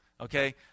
Okay